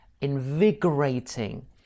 invigorating